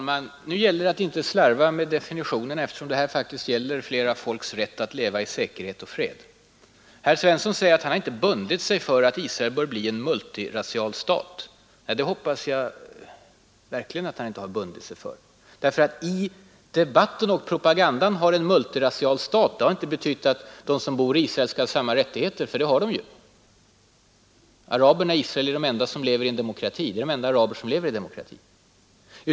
Herr talman! Nu gäller det att inte slarva med definitionerna, eftersom det här faktiskt är fråga om flera folks rätt att leva i säkerhet och fred. Herr Svensson i Kungälv säger att han har inte bundit sig för att Israel bör bli en ”multirasial” stat. Ja, det hoppas jag verkligen att han inte har bundit sig för. I debatten och propagandan har ju en ”multirasial” stat inte bara betytt att de araber som bor i Israel skall ha samma rättigheter som andra. Det har de ju i de flesta avseenden — araberna i Israel är de enda araber som lever i en demokrati.